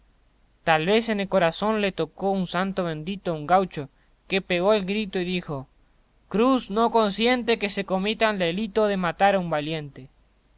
tal vez en el corazón le tocó un santo bendito a un gaucho que pegó el grito y dijo cruz no consiente que se cometa el delito de matar a un valiente